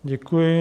Děkuji.